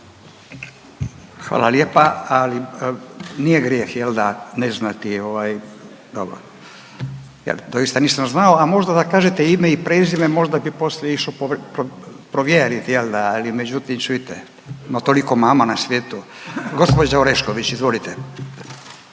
Hvala lijepa, ali nije grijeh je li ne znati ovaj dobro, ja doista nisam znao, a možda da kažete ime i prezime možda bi poslije išao provjeriti jel da, ali međutim čujte ima toliko mama na svijetu. Gospođa Orešković, izvolite.